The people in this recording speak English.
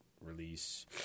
release